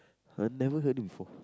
I have never heard it before